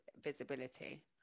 visibility